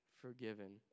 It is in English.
forgiven